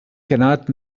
cannot